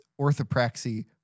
orthopraxy